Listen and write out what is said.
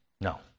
No